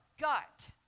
gut